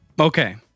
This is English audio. Okay